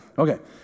Okay